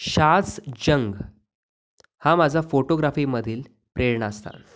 शाझ जंग हा माझा फोटोग्राफीमधील प्रेरणास्थान